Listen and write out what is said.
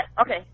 Okay